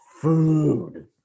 food